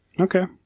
Okay